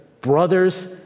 brothers